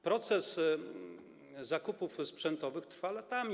Proces zakupów sprzętowych trwa latami.